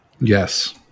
Yes